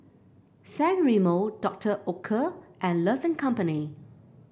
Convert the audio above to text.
San Remo Doctor Oetker and Love and Company